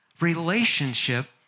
Relationship